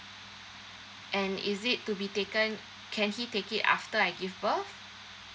and is it to be taken can he take it after I give birth